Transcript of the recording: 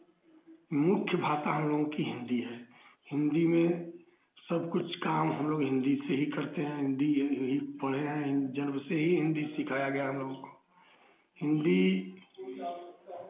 मुख्य भाषा हमलोगों की हिन्दी है हिन्दी में सब कुछ काम हमलोग हिन्दी से ही करते हैं हिन्दी पढ़े हैं जन्म से ही हिन्दी सिखाया गया हमलोगों को हिन्दी